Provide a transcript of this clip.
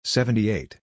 Seventy-eight